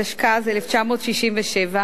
התשכ"ז 1967,